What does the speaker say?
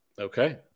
Okay